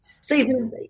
Season